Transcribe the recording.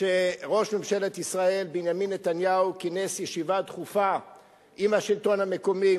שראש ממשלת ישראל בנימין נתניהו כינס ישיבה דחופה עם השלטון המקומי,